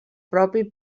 propi